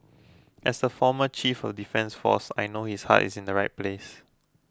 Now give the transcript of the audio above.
as the former chief of defence force I know his heart is in the right place